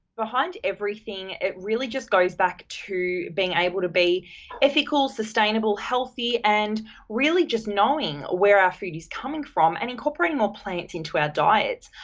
behind everything, it really just goes back to being able to be ethical, sustainable, healthy, and really just knowing where our food is coming from and incorporating more plants into diets.